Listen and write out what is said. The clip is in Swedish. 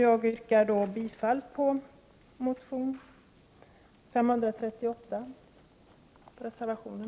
Jag yrkar bifall till reservationen.